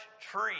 tree